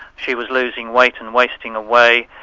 she was losing weight and wasting away,